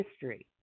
history